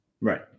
Right